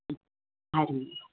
हा जी